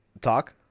Talk